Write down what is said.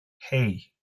hey